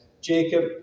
Jacob